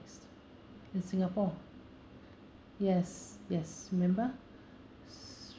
in singapore yes yes remember